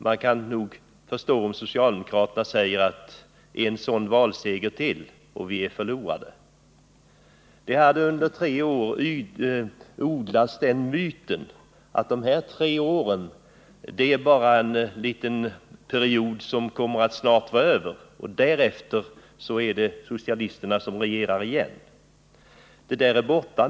Man kan förstå om socialdemokraterna säger: En sådan valseger till, och vi är förlorade! Under tre år odlades myten att det borgerliga regeringsinnehavet snart skulle vara slut och att socialisterna därefter skulle regera igen. Men så blev det som bekant inte.